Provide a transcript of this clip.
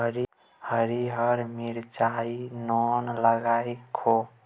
हरियर मिरचाई नोन लगाकए खो